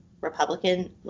Republican